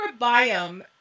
microbiome